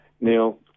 Neil